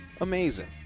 amazing